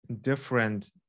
different